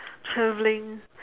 travelling